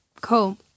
cool